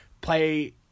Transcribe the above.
play